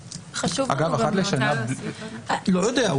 --- אגב, אחת לשנה --- לא יודע.